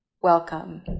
Welcome